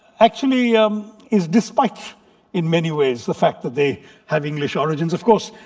actually um is despite in many ways the fact that they had english origins. of course,